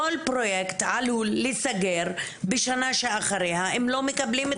כל פרוייקט עלול להיסגר בשנה שאחריה אם לא מקבלים את התקציב.